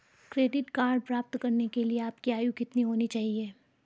Credit card प्राप्त करने के लिए आपकी आयु कितनी होनी चाहिए?